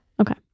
Okay